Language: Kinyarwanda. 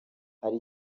hari